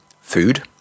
Food